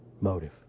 motive